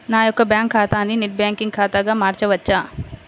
నా యొక్క బ్యాంకు ఖాతాని నెట్ బ్యాంకింగ్ ఖాతాగా మార్చవచ్చా?